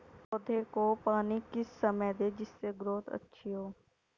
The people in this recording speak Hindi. पौधे को पानी किस समय दें जिससे ग्रोथ अच्छी हो?